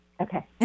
Okay